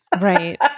right